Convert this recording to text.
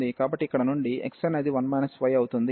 కాబట్టి ఇక్కడ నుండి x అనేది 1 y అవుతుంది